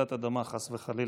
חס וחלילה.